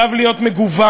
עליו להיות מגוון,